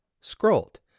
scrolled